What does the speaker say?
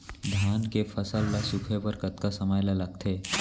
धान के फसल ल सूखे बर कतका समय ल लगथे?